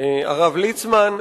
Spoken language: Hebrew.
הרב ליצמן,